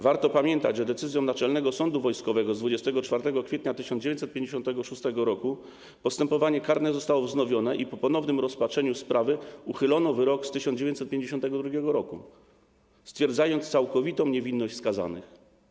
Warto pamiętać, że decyzją Naczelnego Sądu Wojskowego z 24 kwietnia 1956 r. postępowanie karne zostało wznowione i po ponownym rozpatrzeniu sprawy uchylono wyrok z 1952 r., stwierdzając całkowitą niewinność skazanych.